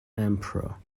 emperor